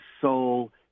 soul